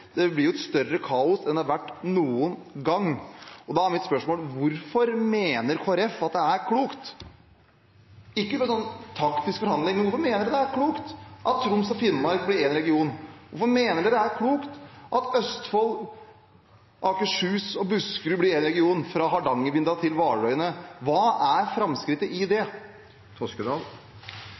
Det blir et større kaos enn det har vært noen gang. Da er mitt spørsmål: Hvorfor mener Kristelig Folkeparti at det er klokt? Ikke som en del av en taktisk forhandling, men hvorfor mener de det er klokt at Troms og Finnmark blir én region? Hvorfor mener de det er klokt at Østfold, Akershus og Buskerud blir én region – fra Hardangervidda til Hvalerøyene? Hva er framskrittet i det?